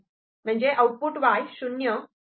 म्हणजे output Y 0 असे आहे